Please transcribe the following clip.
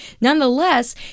Nonetheless